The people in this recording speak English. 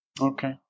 Okay